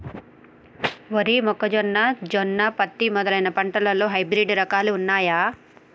వరి జొన్న మొక్కజొన్న పత్తి మొదలైన పంటలలో హైబ్రిడ్ రకాలు ఉన్నయా?